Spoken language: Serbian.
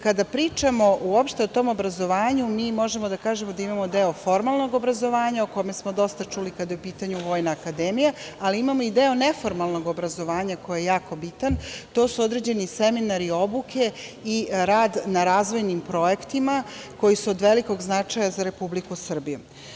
Kada pričamo uopšte o tom obrazovanju, mi možemo da kažemo da imamo deo formalnog obrazovanja, o kome smo dosta čuli kada je u pitanju Vojna akademija ali imamo i deo neformalnog obrazovanja koji je jako bitan, to su određeni seminari i obuke i rad na razvojnim projektima koji su od velikog značaja za Republiku Srbiju.